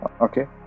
okay